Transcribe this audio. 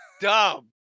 dumb